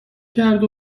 کرد